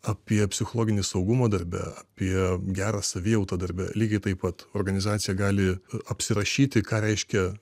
apie psichologinį saugumą darbe apie gerą savijautą darbe lygiai taip pat organizacija gali apsirašyti ką reiškia